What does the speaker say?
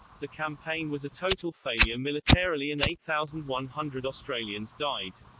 the campaign was a total failure militarily and eight thousand one hundred australians died.